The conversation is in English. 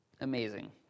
amazing